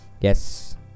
yes